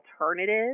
alternative